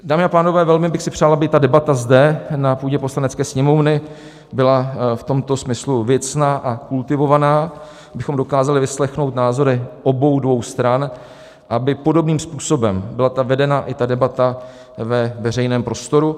Dámy a pánové, velmi bych si přál, aby ta debata zde na půdě Poslanecké sněmovny byla v tomto smyslu věcná a kultivovaná, abychom dokázali vyslechnout názory obou stran, aby podobným způsobem byla vedena i debata ve veřejném prostoru.